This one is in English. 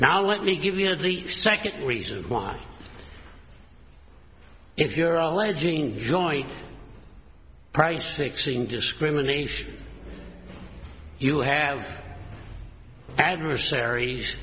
now let me give you the second reason why if you're already gene join price fixing discrimination you have adversaries